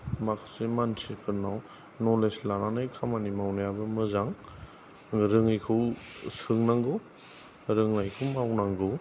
माखासे मानसिफोरनाव नलेज लानानै खामानि मावनायाबो मोजां रोङैखौ सोंनांगौ रोंनायखौ मावनांगौ